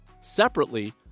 Separately